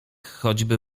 choćby